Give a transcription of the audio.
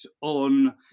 on